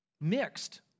mixed